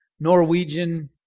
Norwegian